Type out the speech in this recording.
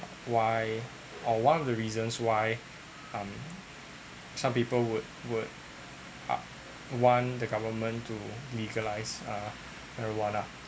why or one of the reasons why um some people would would want the government to legalize uh marijuana